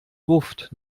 gruft